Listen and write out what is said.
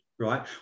right